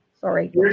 Sorry